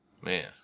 Man